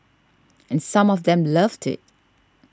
and some of them loved it